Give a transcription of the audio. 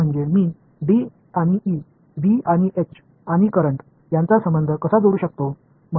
எனவே இந்த constitutive relations என்று நான் இங்கு எழுதுகிறேன்